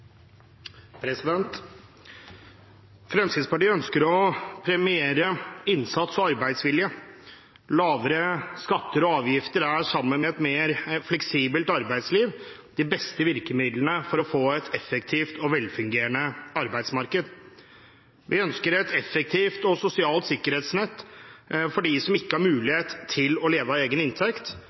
til. Fremskrittspartiet ønsker å premiere innsats og arbeidsvilje. Lavere skatter og avgifter er, sammen med et mer fleksibelt arbeidsliv, de beste virkemidlene for å få et effektivt og velfungerende arbeidsmarked. Vi ønsker et effektivt og sosialt sikkerhetsnett for dem som ikke har mulighet til å leve av egen inntekt,